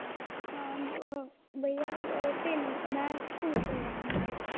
हां भैया टे में सूट सिलवाना हा इक